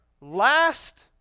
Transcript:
last